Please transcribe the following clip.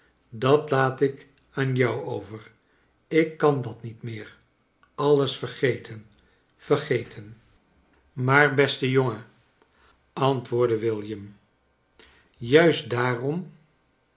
dat laat ik aan jou over ik kan dat niet meer alles vergeten vergeten maar beste jongen antwoordde william juist daarom